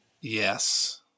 Yes